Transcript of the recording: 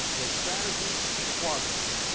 the strategy quadrant,